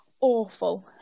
awful